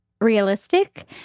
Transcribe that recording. realistic